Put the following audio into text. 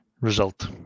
result